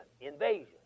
invasion